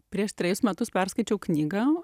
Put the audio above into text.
prieš trejus metus perskaičiau knygą